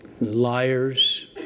liars